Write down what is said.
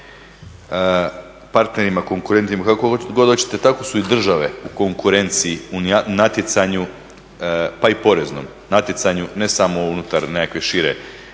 partnerima, konkurentima, kako god hoćete, tako su i države u konkurenciji u natjecanju, pa i poreznom natjecanju, ne samo unutar nekakve šire